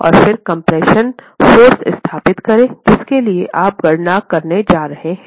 और फिर compression force स्थापित करें जिसके लिए आप गणना करने जा रहे हैं